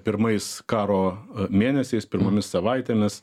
pirmais karo mėnesiais pirmomis savaitėmis